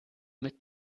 mit